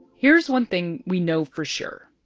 here's one thing we know for sure.